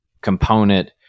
component